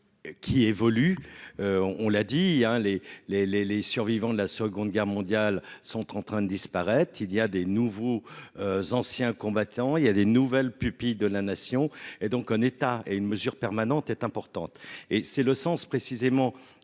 hein les, les, les, les survivants de la seconde guerre mondiale sont en train de disparaître, il y a des nouveaux anciens combattants, il y a des nouvelles pupilles de la nation et donc un état et une mesure permanente est importante et c'est le sens précisément